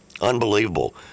Unbelievable